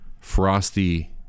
frosty